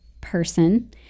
person